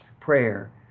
prayer